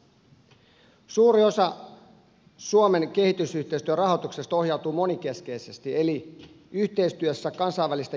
suuri osa suomen kehitysyhteistyön rahoituksesta ohjautuu monikeskeisesti eli yhteistyössä kansainvälisten järjestöjen kanssa